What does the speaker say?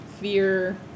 fear